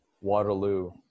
Waterloo